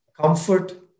comfort